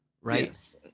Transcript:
right